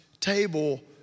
table